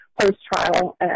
post-trial